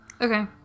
Okay